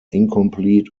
incomplete